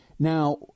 Now